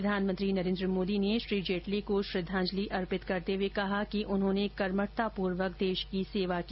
प्रधानमंत्री नरेंद्र मोदी ने श्री जेटली को श्रद्वांजलि अर्पित करते हुए कहा कि उन्होंने कर्मठतापूर्वक देश की सेवा की